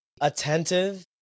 attentive